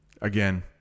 Again